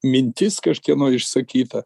mintis kažkieno išsakyta